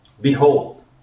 Behold